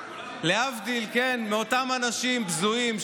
להבדיל מאותם אנשים בזויים,